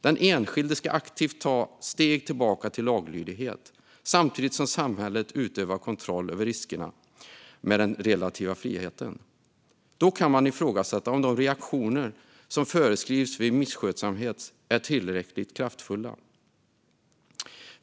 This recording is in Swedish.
Den enskilde ska aktivt ta steg tillbaka till laglydighet samtidigt som samhället utövar kontroll över riskerna med den relativa friheten. Då kan man ifrågasätta om de reaktioner som föreskrivs vid misskötsamhet är tillräckligt kraftfulla.